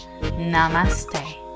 Namaste